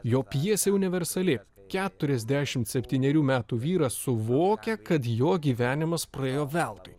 jo pjesė universali keturiasdešim septynerių metų vyras suvokia kad jo gyvenimas praėjo veltui